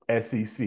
SEC